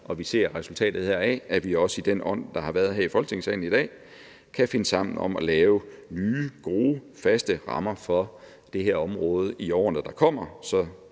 og ser resultatet heraf – også i den ånd, der har været her i Folketingssalen i dag – kan finde sammen om at lave nye gode, faste rammer for det her område i årene, der kommer, så